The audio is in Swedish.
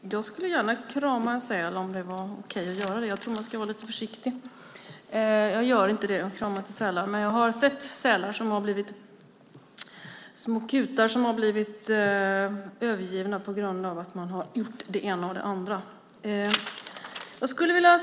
Jag skulle gärna krama en säl om det var okej att göra det, men jag tror att man ska vara lite försiktig. Jag gör inte det. Jag kramar inte sälar, men jag har sett små kutar som har blivit övergivna på grund av att man har gjort det ena och det andra.